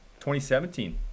2017